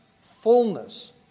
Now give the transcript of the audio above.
fullness